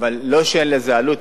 אבל לא שאין לזה עלות,